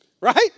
right